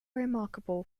remarkable